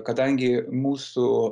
kadangi mūsų